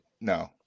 No